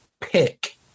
pick